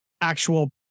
actual